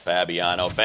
Fabiano